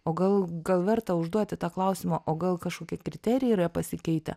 o gal gal verta užduoti tą klausimą o gal kažkokie kriterijai yra pasikeitę